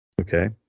Okay